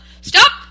stop